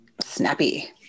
Snappy